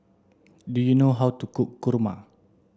do you know how to cook kurma